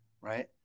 right